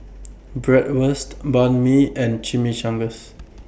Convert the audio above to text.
Bratwurst Banh MI and Chimichangas